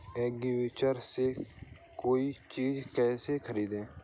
एग्रीबाजार से कोई चीज केसे खरीदें?